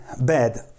bad